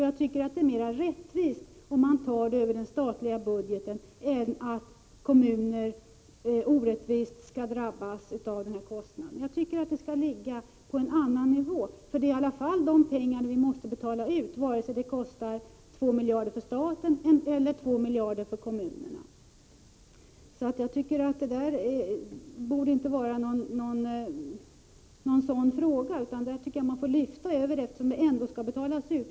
Jag tycker att det är mera rättvist om man tar pengarna över den statliga budgeten, än att kommuner orättvist skall drabbas av denna kostnad. Jag tycker således att det skall ligga på en annan nivå. Vi måste ändå betala ut denna summa, oavsett om det kostar 2 miljarder kronor för staten eller 2 miljarder kronor för kommunerna. Det borde inte vara någon fråga att strida om — pengarna skall ju ändå betalas ut.